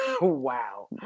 Wow